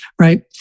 Right